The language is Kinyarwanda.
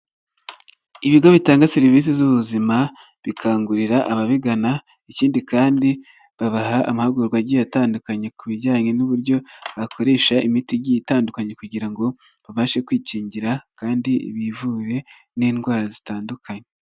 Ibigo bitanga serivisi z'ubuzima bikangurira ababigana ikindi kandi babaha amahugurwa agiye atandukanye ku bijyanye n'uburyo bakoresha imiti igiye itandukanye kugira ngo babashe kwikingira kandi bivure n'indwara zitandukanye.